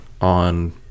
on